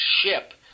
ship